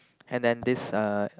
and then this uh